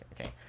okay